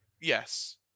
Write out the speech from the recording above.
Yes